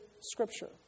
Scripture